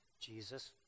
Jesus